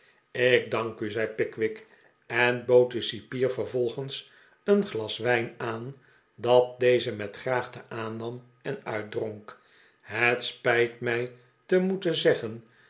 ik dank u zei pickwick en bood den cipier vervolgens een glas wijn aan dat deze met graagte aannam en uitdronk het spijt mij te moeten zeggen